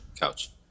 Couch